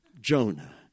Jonah